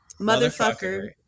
motherfucker